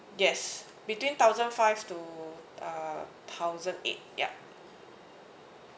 yes between thousand five to uh thousand eight ya